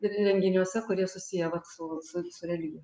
renginiuose kurie susiję vat su su su religija